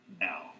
now